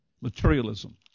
materialism